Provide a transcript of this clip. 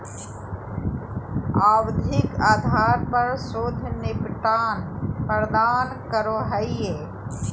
आवधिक आधार पर शुद्ध निपटान प्रदान करो हइ